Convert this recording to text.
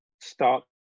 start